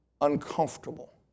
uncomfortable